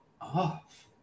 off